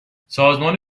سازمان